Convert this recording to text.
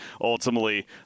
ultimately